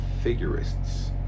Figurists